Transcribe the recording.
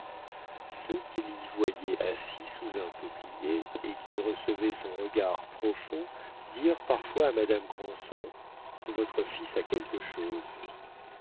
ceux qui l'y voyaient assis sous un peuplier et qui recevaient son regard profond dirent parfois à madame granson votre fils a quelque chose